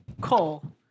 Cole